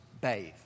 bathe